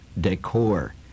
decor